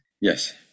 Yes